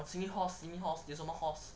oh simi horse simi horse 有什么 horse